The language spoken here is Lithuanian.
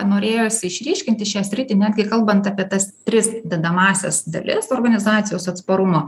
norėjosi išryškinti šią sritį netgi kalbant apie tas tris dedamąsias dalis organizacijos atsparumo